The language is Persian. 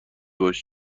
باشه